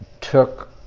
took